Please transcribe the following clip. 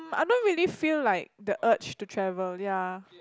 mm I don't really feel like the urge to travel ya